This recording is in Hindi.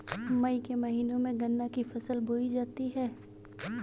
मई के महीने में गन्ना की फसल बोई जाती है